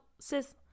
sis